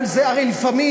הרי לפעמים,